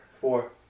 four